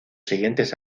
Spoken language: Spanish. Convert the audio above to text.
siguientes